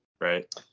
right